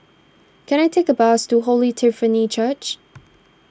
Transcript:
can I take a bus to Holy Trinity Church